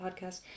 podcast